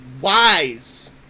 wise